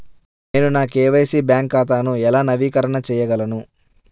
నేను నా KYC bank ఖాతాను ఎలా నవీకరణ చేయగలను?